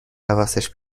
حواسش